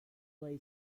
lay